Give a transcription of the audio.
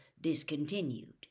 discontinued